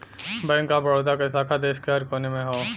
bank of Baroda क शाखा देश के हर कोने में हौ